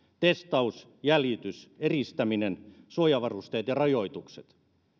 testaus jäljitys eristäminen suojavarusteet ja rajoitukset